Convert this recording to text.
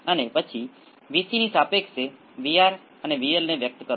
તેથી આ બતાવવાનો એકમાત્ર યોગ્ય રસ્તો નીચા સ્કેલનો છે